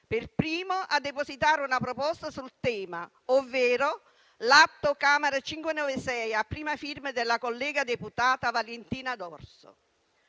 per primo a depositare una proposta sul tema, ovvero l'Atto Camera 596 a prima firma della collega deputata Valentina D'Orso.